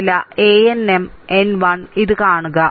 formula an m n 1 ഇത് കാണുക